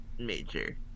major